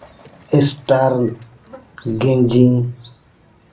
star ᱜᱮᱧᱡᱤᱝ